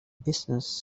business